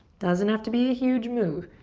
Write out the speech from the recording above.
doesn't have to be huge move.